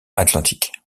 atlantique